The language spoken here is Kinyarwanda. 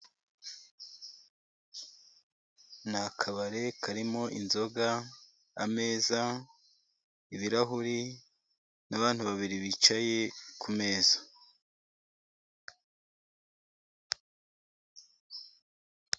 Ni akabari karimo inzoga, ameza ,ibirahuri, n'abantu babiri bicaye kumeza.